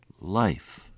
life